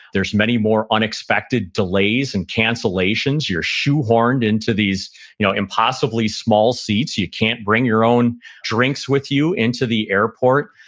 there's many more unexpected delays and cancellations. you're shoehorned into these you know impossibly small seats. you can't bring your own drinks with you into the airport.